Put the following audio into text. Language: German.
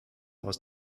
aus